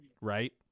right